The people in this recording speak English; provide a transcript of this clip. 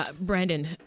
Brandon